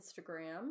Instagram